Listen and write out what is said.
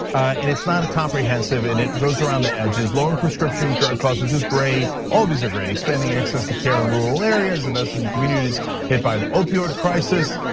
and it's not comprehensive, and it goes around the edges. lowering prescription drug costs, which is great, all these are great, expanding access to care in rural areas, investing in communities hit by the opioid crisis.